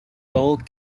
old